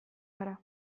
gara